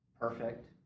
perfect